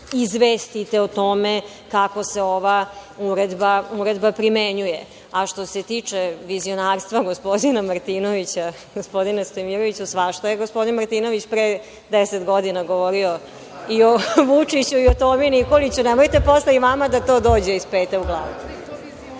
izvestite o tome kako se ova uredba primenjuje.A što se tiče vizionarstva gospodina Martinovića, gospodine Stojmiroviću, svašta je gospodin Martinović pre 10 godina govorio, i o Vučiću i o Tomi Nikoliću, nemojte posle i vama da to dođe iz pete u glavu.